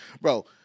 Bro